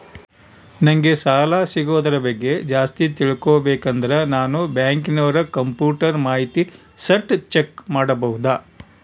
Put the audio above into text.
ನಂಗೆ ಸಾಲ ಸಿಗೋದರ ಬಗ್ಗೆ ಜಾಸ್ತಿ ತಿಳಕೋಬೇಕಂದ್ರ ನಾನು ಬ್ಯಾಂಕಿನೋರ ಕಂಪ್ಯೂಟರ್ ಮಾಹಿತಿ ಶೇಟ್ ಚೆಕ್ ಮಾಡಬಹುದಾ?